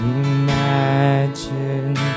imagine